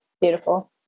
Beautiful